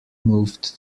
moved